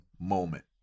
moment